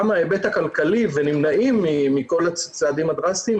גם ההיבט הכלכלי ונמנעים מכל הצעדים הדרסטיים,